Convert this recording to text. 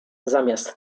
zamiast